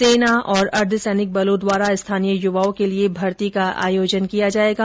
सेना और अर्द्धसैनिक बलों द्वारा स्थानीय युवाओं के लिए भर्ती का आयोजन किया जाएगा